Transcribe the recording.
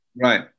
Right